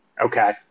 okay